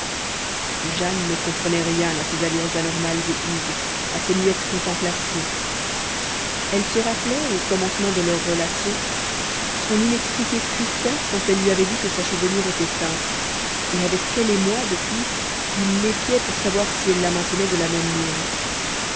jane ne comprenait rien à ces allures anormales de hugues à ses muettes contemplations elle se rappelait au commencement de leurs relations son inexpliquée tristesse quand elle lui avait dit que sa chevelure était teinte et avec quel émoi depuis il l'épiait pour savoir si elle la maintenait de la même nuance